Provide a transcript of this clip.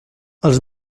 els